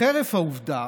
חרף העובדה,